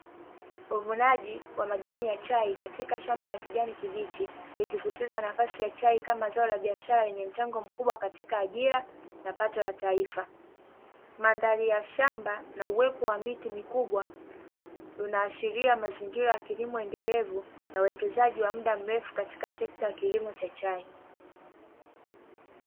Uvunaji wa majani ya chai katika shamba la kijani kibichi likisiseta nafasi ya chai kama zao la biashara yenye mchango mkubwa katika ajira na pato la taifa. Mandhari ya shamba na uwepo wa miti mikubwa vinaashiria mazingira ya kilimo endelevu na sekta endelevu katika kilimo cha chai.